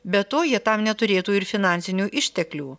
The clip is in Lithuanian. be to jie tam neturėtų ir finansinių išteklių